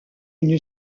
une